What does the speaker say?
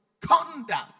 conduct